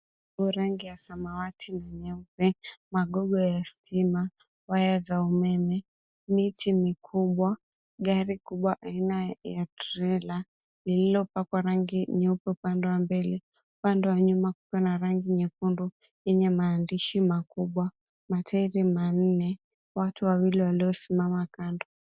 Rangi ya samawati na nyeupe, magogo ya stima, waya za umeme, miti mikubwa, gari kubwa haina ya trela lililopakwa rangi nyeupe upande wa mbele, upande wa nyuma kuna rangi nyekundu yenye maandishi makubwa, matairi manne, watu wawili waliosimama kando.